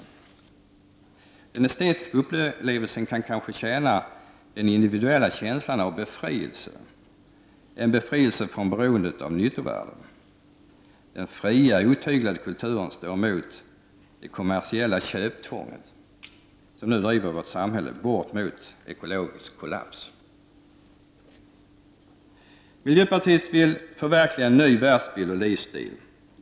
Den estetiska upplevelsen kan kanske tjäna den individuella känslan av befrielse, en befrielse från beroendet av nyttovärden. Den fria otyglade kulturen står emot det kommersiella köptvånget, som nu driver vårt samhälle bort mot ekologisk kollaps. Miljöpartiet vill förverkliga en ny världsbild och livsstil.